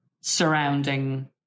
surrounding